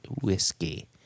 whiskey